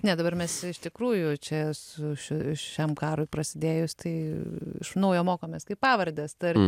ne dabar mes iš tikrųjų čia su šiam karui prasidėjus tai iš naujo mokomės kaip pavardes tarti